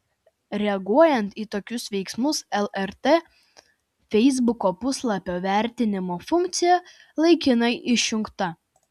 reaguojant į tokius veiksmus lrt feisbuko puslapio vertinimo funkcija laikinai išjungta